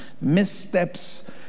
missteps